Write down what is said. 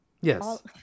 Yes